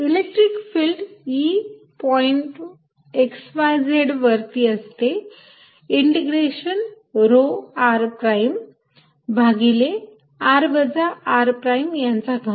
electric field E point x y z वरती असते integration rho r prime भागिले r वजा r प्राईम यांचा घन